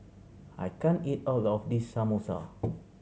I can't eat all of this Samosa